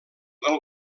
del